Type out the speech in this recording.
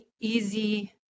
easy